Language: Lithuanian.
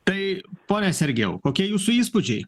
tai pone sergejau kokie jūsų įspūdžiai